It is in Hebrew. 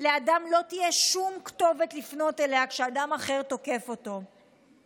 לאדם לא תהיה שום כתובת לפנות אליה כשאדם אחר תוקף אותו.